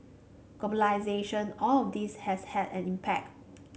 globalisation all of this has had an impact